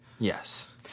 Yes